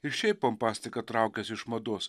ir šiaip pompastika traukiasi iš mados